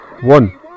One